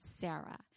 Sarah